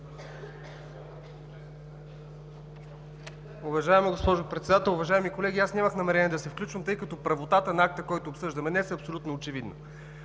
Уважаема госпожо Председател, уважаеми колеги! Нямах намерение да се включвам, тъй като правотата на акта, който обсъждаме днес, е абсолютно очевиден.